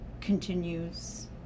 continues